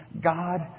God